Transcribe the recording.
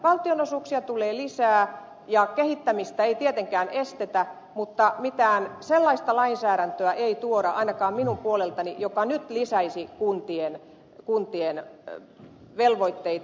valtionosuuksia tulee lisää ja kehittämistä ei tietenkään estetä mutta ainakaan minun puoleltani mitään sellaista lainsäädäntöä ei tuoda joka nyt lisäisi kuntien velvoitteita